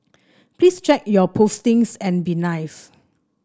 please check your postings and be nice